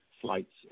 flights